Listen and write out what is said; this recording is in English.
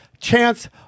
Chance